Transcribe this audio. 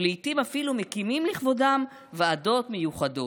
ולעיתים אפילו מקימים לכבודם ועדות מיוחדות.